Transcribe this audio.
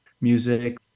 music